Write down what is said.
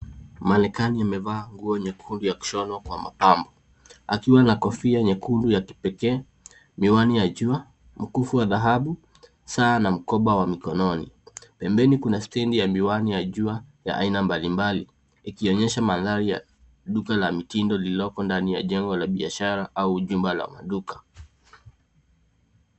Manequinn imevaa nguo nyekundu ya mapambo akiwa na kofia nyekundu ya kipekee, miwani ya jua, mikufu ya dhahabu, saa na mkoba wa mkononi. Pembeni kuna stendi ya miwani ya jua ya aina mbalimbali ikionyesha mandhari ya duka la mitindo liliko ndani ya jengo la biashara au jumba la duka.